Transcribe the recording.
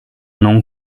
non